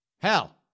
Hell